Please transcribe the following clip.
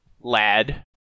lad